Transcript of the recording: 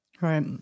Right